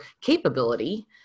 capability